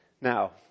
Now